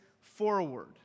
forward